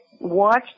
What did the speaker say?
watch